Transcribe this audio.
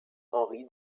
henry